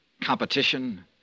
competition